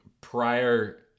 prior